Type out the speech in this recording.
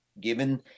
given